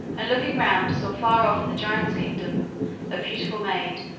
and looking round saw far off in the giant's kingdom a beautiful maid,